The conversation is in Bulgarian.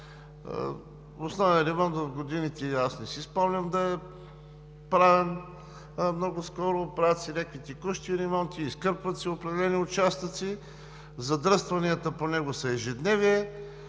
Основен ремонт в годините не си спомням да е правен – много скоро, правят се някакви текущи ремонти, изкърпват се определени участъци, задръстванията по него са ежедневие.